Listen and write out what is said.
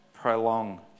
Prolong